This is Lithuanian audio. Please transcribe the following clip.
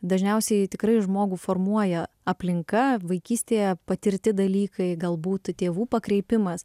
dažniausiai tikrai žmogų formuoja aplinka vaikystėje patirti dalykai galbūt tėvų pakreipimas